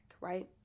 right